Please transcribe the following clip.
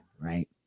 right